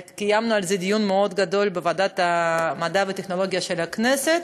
קיימנו על זה דיון מאוד גדול בוועדת המדע והטכנולוגיה של הכנסת,